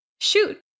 shoot